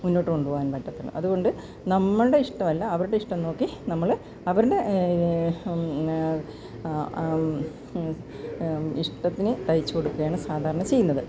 മുന്നോട്ട് കൊണ്ട്പോകാൻ പറ്റത്തുള്ളൂ അത്കൊണ്ട് നമ്മളുടെ ഇഷ്ടവല്ല അവരുടെ ഇഷ്ടം നോക്കി നമ്മള് അവരുടെ ഇഷ്ടത്തിന് തയ്ച്ച് കൊടുക്കുകയാണ് സാധാരണ ചെയ്യുന്നത്